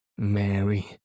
Mary